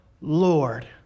Lord